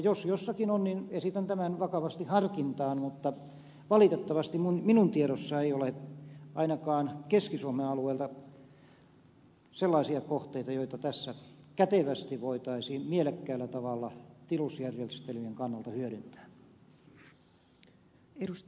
jos jossakin on niin esitän tämän vakavasti harkintaan mutta valitettavasti minun tiedossani ei ole ainakaan keski suomen alueelta sellaisia kohteita joita tässä kätevästi voitaisiin mielekkäällä tavalla tilusjärjestelmien kannalta hyödyntää